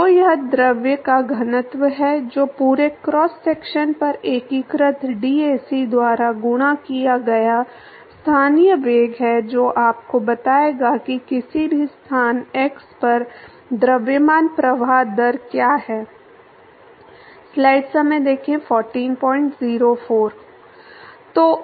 तो यह द्रव का घनत्व है जो पूरे क्रॉस सेक्शन पर एकीकृत dAc द्वारा गुणा किया गया स्थानीय वेग है जो आपको बताएगा कि किसी भी स्थान x पर द्रव्यमान प्रवाह दर क्या है